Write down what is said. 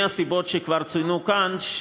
מהסיבות שכבר צוינו כאן,